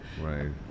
Right